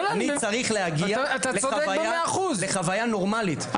אני צריך להגיע לחוויה נורמלית.